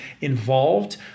involved